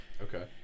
Okay